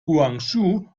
guangzhou